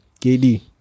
kd